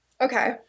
Okay